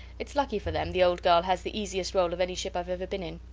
its lucky for them the old girl has the easiest roll of any ship ive ever been in.